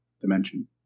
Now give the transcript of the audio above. dimension